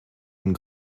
and